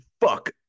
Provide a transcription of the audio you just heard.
fuck